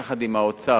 יחד עם האוצר,